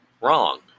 wrong